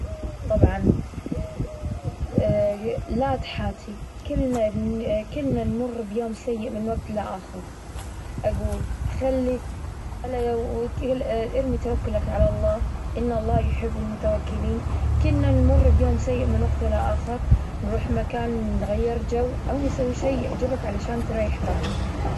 طبعا لا تحاتي كلنا -كلنا نمر بيوم سيء من وقت لاخر، أقول خلي أرمي توكلك على الله إن الله يحب المتوكلين ،كلنا نمر بيوم سيء من وقت لاخر، نروح مكان نغير جو أو نسوي شيء يعجبك علشان تريح بالك.